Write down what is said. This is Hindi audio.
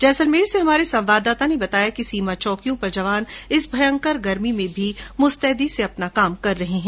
जैसलमेर से हमारे संवाददाता ने बताया कि सीमा चौकियों पर जवान इस भयंकर गर्मी में भी मुस्तैदी से अपना काम कर रहे हैं